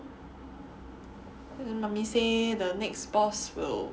我的 mummy say the next spouse will